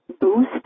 boost